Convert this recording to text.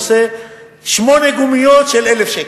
עושה שמונה גומיות של 1,000 שקל,